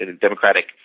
Democratic